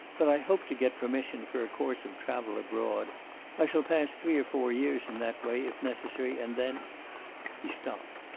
but i hope to get permission for a course of travel abroad i shall pass three or four years in that way, if necessary, and then he stopped,